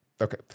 Okay